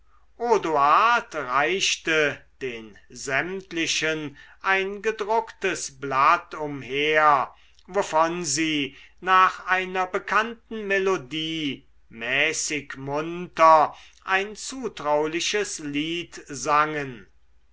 reichte den sämtlichen ein gedrucktes blatt umher wovon sie nach einer bekannten melodie mäßig munter ein zutrauliches lied sangen